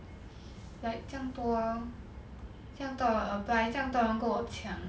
like 这样多这样多人 apply 这样多人跟我抢